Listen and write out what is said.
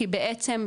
כי בעצם,